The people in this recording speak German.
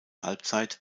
halbzeit